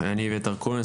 אני אביתר כהן,